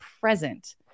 present